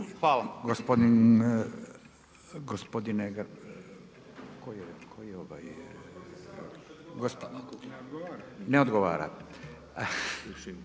Hvala.